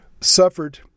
suffered